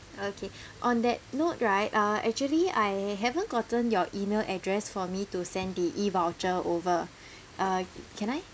okay on that note right uh actually I haven't gotten your email address for me to send the E voucher over uh can I